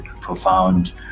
profound